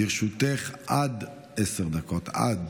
לרשותך עד עשר דקות, עד,